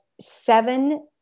seven